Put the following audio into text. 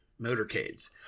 motorcades